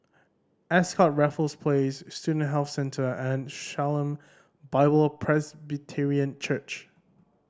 Ascott Raffles Place Student Health Centre and Shalom Bible Presbyterian Church